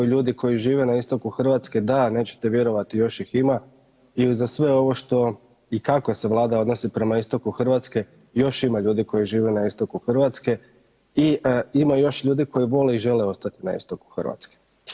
Ljudi koji žive na istoku Hrvatske, da nećete vjerovati još ih ima i uza sve ovo što i kako se Vlada odnosi prema istoku Hrvatske još ima ljudi koji žive na istoku Hrvatske i ima još ljudi koji vole i žele ostati na istoku Hrvatske.